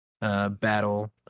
battle